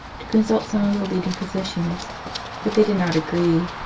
to consult some of the leading physi cians but they did not agree.